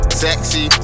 sexy